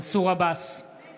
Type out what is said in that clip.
(חברת הכנסת אורנה ברביבאי יוצאת מאולם המליאה.)